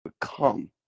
become